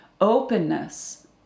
openness